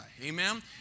Amen